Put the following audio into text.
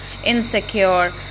insecure